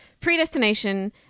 Predestination